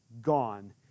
gone